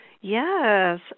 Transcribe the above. Yes